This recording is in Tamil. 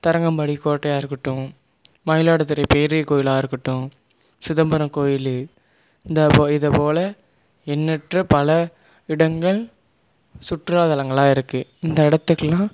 தரங்கம்பாடி கோட்டையாக இருக்கட்டும் மயிலாடுதுறை பெரிய கோவிலாக இருக்கட்டும் சிதம்பரம் கோவிலு இந்த இதைப் போல எண்ணற்ற பல இடங்கள் சுற்றுலாத் தளங்களாக இருக்கு இந்த இடத்துக்குலாம்